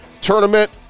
tournament